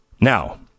Now